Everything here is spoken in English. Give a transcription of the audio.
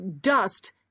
dust